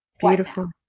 Beautiful